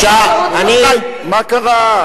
מה קרה?